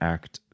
Act